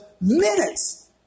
minutes